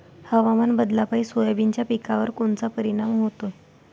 हवामान बदलापायी सोयाबीनच्या पिकावर कोनचा परिणाम होते?